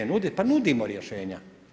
Pa nudimo rješenja.